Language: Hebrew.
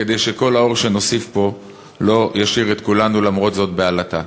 כדי שכל האור שנוסיף פה לא ישאיר את כולנו למרות זאת בעלטה.